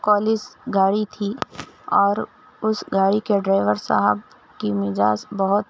college گاڑی تھی اور اُس گاڑی کا ڈرائیور صاحب کی مزاج بہت